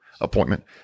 appointment